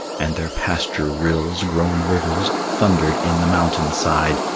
and their pasture rills, grown rivers, thundered in the mountain side,